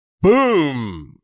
Boom